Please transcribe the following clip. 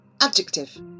Adjective